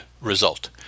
result